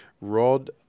Rod